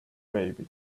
baby